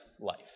life